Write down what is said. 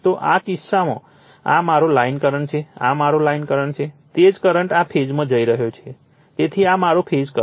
તો આ કિસ્સામાં આ મારો લાઇન કરંટ છે આ મારો લાઇન કરંટ છે તે જ કરંટ આ ફેઝમાં જઈ રહ્યો છે તેથી આ મારો ફેઝ કરંટ છે